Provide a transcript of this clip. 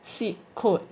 seed coat